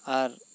ᱟᱨ